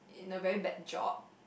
in a very bad job